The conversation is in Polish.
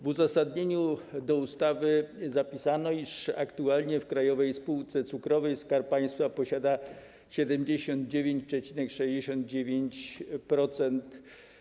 W uzasadnieniu ustawy zapisano, iż aktualnie w Krajowej Spółce Cukrowej Skarb Państwa posiada 79,69%.